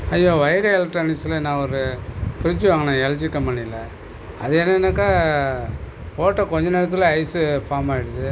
hello Vaigai electronics நான் ஒரு fridge வாங்கினன் எல்ஜி கம்பெனியில அது என்னன்னாக்கா போட்ட கொஞ்சம் நேரத்தில் ஐஸு ஃபார்ம் ஆயிடுது